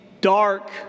dark